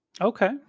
Okay